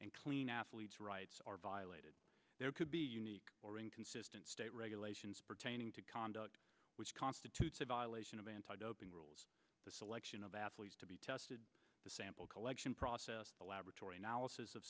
and clean athletes rights are violated there could be unique or inconsistent state regulations pertaining to conduct which constitutes a violation of anti doping rules the selection of athletes to be tested the sample collection process the laboratory analysis of